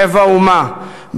לב האומה,